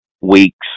weeks